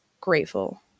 grateful